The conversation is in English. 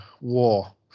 war